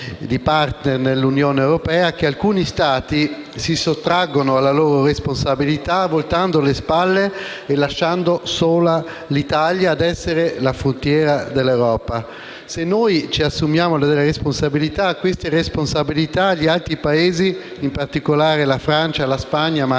di *partner* dell'Unione europea, che alcuni Stati si sottraggano alle loro responsabilità, voltando le spalle e lasciando sola l'Italia ad essere frontiera dell'Europa. Se noi ci assumiamo delle responsabilità, a queste responsabilità gli altri Paesi, in particolare la Francia, la Spagna